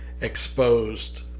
exposed